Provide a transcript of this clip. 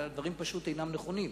הדברים פשוט אינם נכונים.